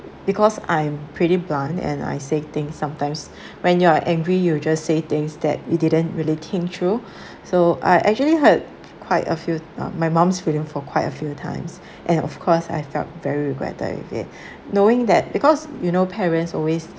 because I'm pretty blunt and I say thing sometimes when you're angry you just say things that it didn't really came through so I actually hurt quite a few uh my mum's feelings for quite a few times and of course I felt very regretted with it knowing that because you know parents always